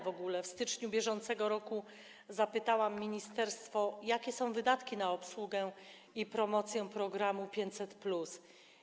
W styczniu br. zapytałam ministerstwo, jakie są wydatki na obsługę i promocję programu 500+.